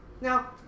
Now